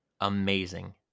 amazing